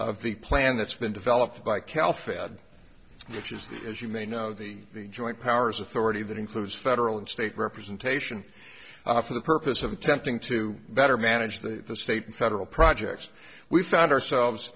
of the plan that's been developed by cal fed which is as you may know the joint powers authority that includes federal and state representation for the purpose of attempting to better manage the state and federal projects we found ourselves